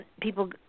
People